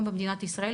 היום במדינת ישראל,